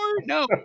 No